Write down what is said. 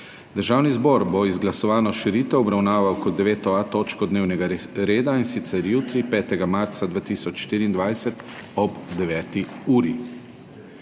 Državni zbor bo izglasovano širitev obravnaval kot 9.A točko dnevnega reda, in sicer jutri, 5. marca 2024, ob 9. uri.